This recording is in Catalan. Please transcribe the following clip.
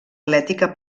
atlètica